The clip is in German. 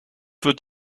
wird